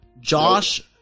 Josh